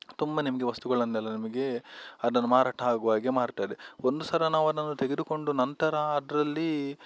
ತುಂಬ ನಿಮಗೆ ವಸ್ತುಗಳನ್ನೆಲ್ಲ ನಿಮಗೆ ಅದನ್ನ ಮಾರಾಟ ಆಗುವ ಹಾಗೆ ಮಾಡ್ತದೆ ಒಂದು ಸಲ ನಾವು ಅದನ್ನ ತೆಗೆದುಕೊಂಡು ನಂತರ ಅದರಲ್ಲಿ